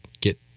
get